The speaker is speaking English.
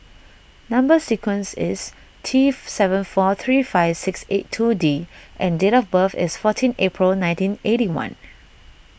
Number Sequence is T seven four three five six eight two D and date of birth is fourteen April nineteen eighty one